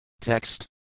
Text